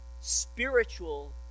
spiritual